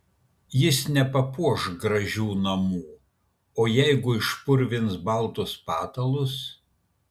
jis nepapuoš gražių namų o jeigu išpurvins baltus patalus